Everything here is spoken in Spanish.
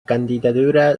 candidatura